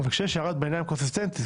אבל כשיש הערת ביניים קונסיסטנטית,